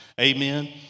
Amen